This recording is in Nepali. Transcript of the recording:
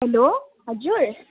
हेलो हजुर